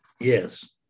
Yes